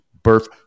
birth